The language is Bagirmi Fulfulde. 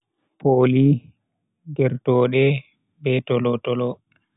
Pooli, gertoode be tolo-tolo